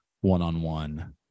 one-on-one